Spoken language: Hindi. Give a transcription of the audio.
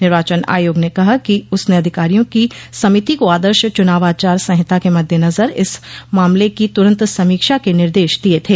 निर्वाचन आयोग ने कहा कि उसने अधिकारियों की समिति को आदर्श चुनाव आचार संहिता के मद्देनजर इस मामले की तुरंत समीक्षा के निर्देश दिए थे